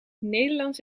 nederlands